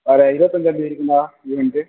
வர இருபத்தஞ்சாந்தேதி இருக்கும்டா ஈவெண்ட்டு